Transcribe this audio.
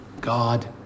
God